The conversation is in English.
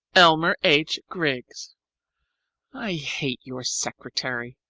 elmer h. griggs i hate your secretary.